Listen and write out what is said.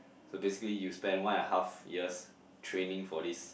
so basically you spent one and a half years training for these